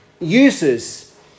uses